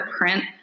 print